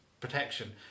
Protection